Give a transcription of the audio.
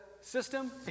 system